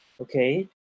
okay